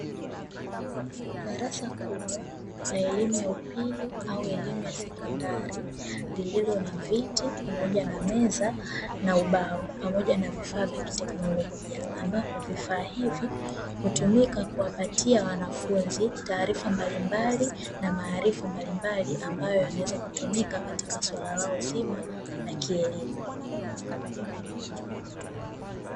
Darasa kubwa la elimu ya upili au elimu ya sekondari, lililo na viti pamoja na meza, na ubao, pamoja na vifaa vya kiteknolojia ambapo vifaa hivi hutumika kuwapatia wanafunzi taarifa mbalimbali na maarifa mbalimbali ambayo yanaweza kutumika katika swala lao zima la kielimu.